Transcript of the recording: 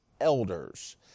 elders